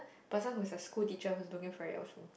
person who's a school teacher who's looking for it also